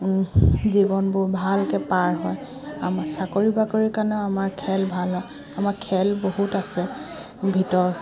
জীৱনবোৰ ভালকৈ পাৰ হয় আমাৰ চাকৰি বাকৰি কাৰণেও আমাৰ খেল ভাল হয় আমাৰ খেল বহুত আছে ভিতৰ